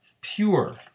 pure